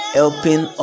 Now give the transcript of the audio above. helping